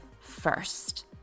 first